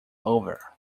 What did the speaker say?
over